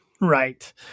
Right